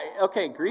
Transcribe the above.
Okay